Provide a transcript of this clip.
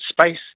space